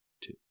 Two